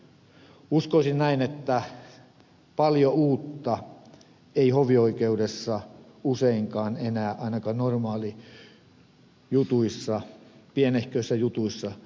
uskoisin näin että paljon uutta ei hovioikeudessa useinkaan enää ainakaan normaalijutuissa pienehköissä jutuissa tule esiin